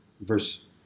verse